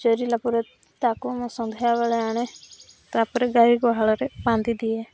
ଚରିଲା ପରେ ତାକୁ ମୁଁ ସନ୍ଧ୍ୟା ବେଳେ ଆଣେ ତା'ପରେ ଗାଈ ଗୁହାଳରେ ବାନ୍ଧି ଦିଏ